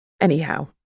Anyhow